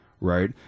right